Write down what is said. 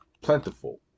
Plentiful